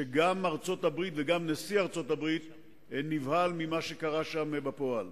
וגם ארצות-הברית וגם נשיא ארצות-הברית נבהלו ממה שקרה שם בפועל.